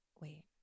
wait